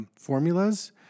formulas